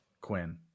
Quinn